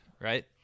right